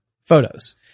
photos